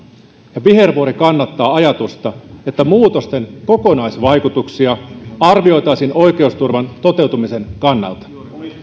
ja vihervuori kannattaa ajatusta että muutosten kokonaisvaikutuksia arvioitaisiin oikeusturvan toteutumisen kannalta